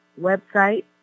website